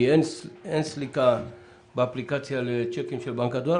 כי אין סליקה באפליקציה לצ'קים של בנק הדואר,